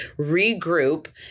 regroup